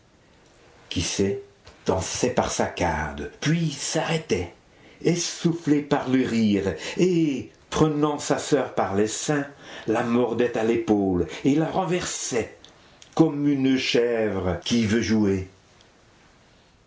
kysé dansait par saccades puis s'arrêtait essoufflée par le rire et prenant sa soeur par les seins la mordait à l'épaule et la renversait comme une chèvre qui veut jouer